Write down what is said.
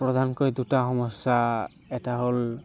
প্ৰধানকৈ দুটা সমস্যা এটা হ'ল